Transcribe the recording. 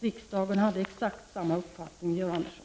Riksdagen hade exakt samma uppfattning, Georg Andersson.